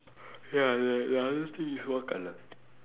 ya ya ya this thing is white colour